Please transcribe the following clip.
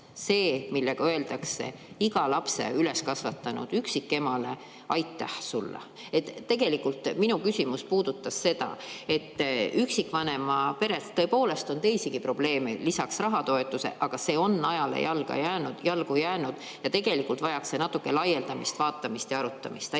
see, millega öeldakse iga lapse üles kasvatanud üksikemale: aitäh sulle." Tegelikult minu küsimus puudutas seda, et üksikvanema peres tõepoolest on teisigi probleeme, lisaks rahatoetusele, aga see on ajale jalgu jäänud ja tegelikult vajaks see natuke laiendamist, vaatamist ja arutamist.